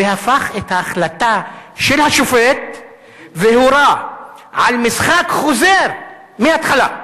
והפך את ההחלטה של השופט והורה על משחק חוזר מההתחלה.